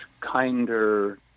kinder